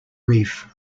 reef